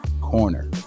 corner